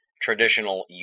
traditional